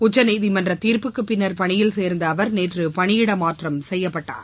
உச்சநீதிமன்ற தீர்ப்புக்குப் பிள்ளர் பணியில் சேர்ந்த அவர் நேற்று பணியிட மாற்றம் செய்யப்பட்டார்